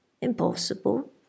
Impossible